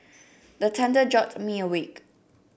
the thunder jolt me awake